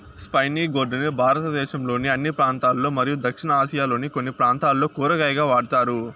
spiny gourd ని భారతదేశంలోని అన్ని ప్రాంతాలలో మరియు దక్షిణ ఆసియాలోని కొన్ని ప్రాంతాలలో కూరగాయగా వాడుతారు